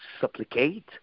supplicate